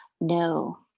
No